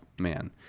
man